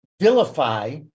vilify